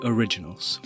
Originals